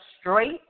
straight